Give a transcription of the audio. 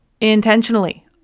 intentionally